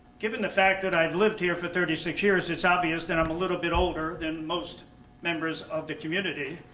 given the fact that i've lived here for thirty six years, it's obvious that i'm a little bit older than most members of the community,